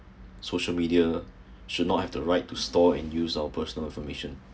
social media should not have the right to store and use our personal information